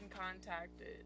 contacted